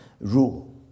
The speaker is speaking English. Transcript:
rule